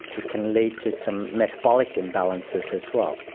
it can lead to some metabolic imbalances as well.